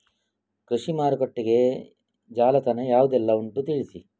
ಕೃಷಿ ಮಾರುಕಟ್ಟೆಗೆ ಜಾಲತಾಣ ಯಾವುದೆಲ್ಲ ಉಂಟು ತಿಳಿಸಿ